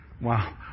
wow